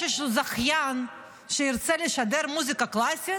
יש איזה זכיין שירצה לשדר מוזיקה קלאסית?